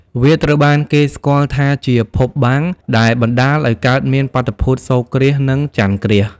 វាត្រូវបានគេស្គាល់ថាជាភពបាំងដែលបណ្ដាលឱ្យកើតមានបាតុភូតសូរ្យគ្រាស និងចន្ទគ្រាស។